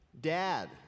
dad